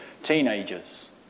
teenagers